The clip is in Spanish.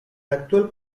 actual